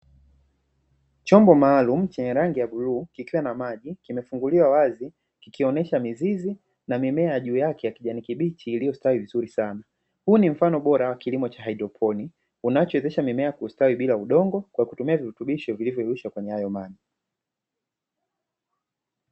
Chombo maalumu chenye rangi ya bluu, kikiwa na maji kimefunguliwa wazi, kikionyesha mizizi na mimea juu yake ya kijani kibichi iliyostawi vizuri sana. Huu ni mfano bora wa kilimo cha haidroponi, kinachowezesha mimea kustawi bila udongo, kwa kutumia virutubisho vilivyoyeyushwa kwenye hayo maji.